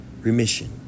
Remission